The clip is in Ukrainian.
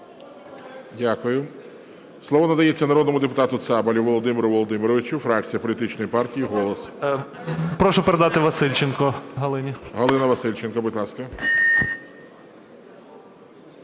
Дякую. Слово надається народному депутату Цабалю Володимиру Володимировичу, фракція політичної партії "Голос". 11:39:27 ЦАБАЛЬ В.В. Прошу передати Васильченко Галині. ГОЛОВУЮЧИЙ. Галина Васильченко, будь ласка.